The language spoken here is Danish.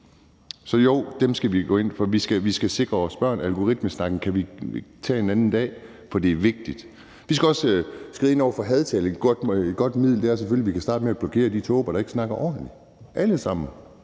Så jo, dem skal vi hjælpe. Vi skal passe på vores børn, og algoritmesnakken kan vi tage en anden dag, for det er vigtigt. Vi skal også skride ind over for hadtale, og et godt middel er selvfølgelig, at vi kan starte med at blokere de tåber, der ikke snakker ordentligt. Anbefal